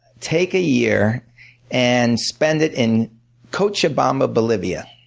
take a year and spend it in cochabamba, bolivia.